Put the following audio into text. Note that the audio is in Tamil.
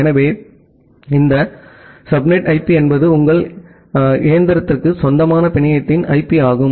எனவே இந்த சப்நெட் ஐபி என்பது உங்கள் இயந்திரத்திற்கு சொந்தமான பிணையத்தின் ஐபி ஆகும்